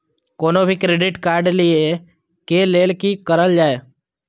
कोनो भी credit card लिए के लेल की करल जाय?